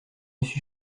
suis